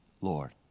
Lord